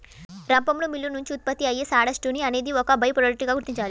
రంపపు మిల్లు నుంచి ఉత్పత్తి అయ్యే సాడస్ట్ ని అనేది ఒక బై ప్రొడక్ట్ గా గుర్తించాలి